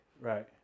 Right